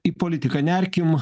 į politiką nerkim